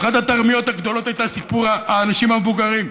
אחת התרמיות הגדולות הייתה סיפור האנשים המבוגרים.